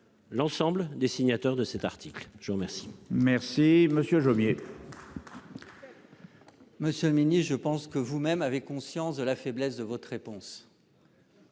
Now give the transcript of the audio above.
l'ensemble des signataires de cet article, je vous remercie. Merci Monsieur Jomier. Monsieur le mini et je pense que vous-même avait conscience de la faiblesse de votre réponse.